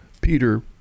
Peter